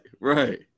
right